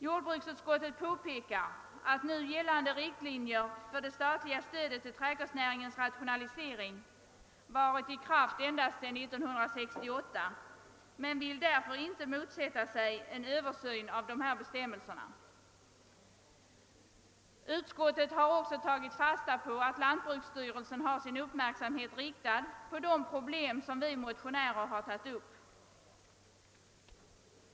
Jordbruksutskottet påpekar att nu gällande riktlinjer för det statliga stödet till trädgårdsnäringens rationalisering varit i kraft endast sedan 1968, men utskottet vill inte därför motsätta sig en översyn av bestämmelserna. Utskottet har också tagit fasta på att lantbruksstyrelsen har sin uppmärksamhet riktad på de problem som vi motionärer har tagit upp.